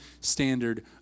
standard